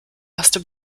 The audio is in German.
erste